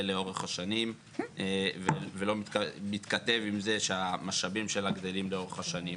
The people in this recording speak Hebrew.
לאורך השנים ולא מתכתב עם זה שהמשאבים שלה גדלים לאורך השנים.